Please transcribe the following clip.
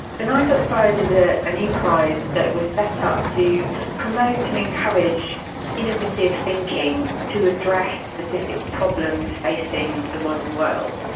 the nine dots prize is a new prize that was set up to promote and encourage innovative thinking to address specific problems facing the modern world.